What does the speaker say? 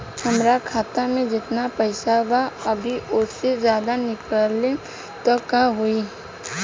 हमरा खाता मे जेतना पईसा बा अभीओसे ज्यादा निकालेम त का होई?